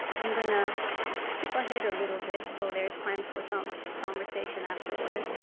i'm going to skip ahead a little bit so there is time for some conversation afterward.